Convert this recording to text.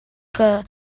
que